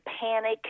panic